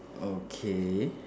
okay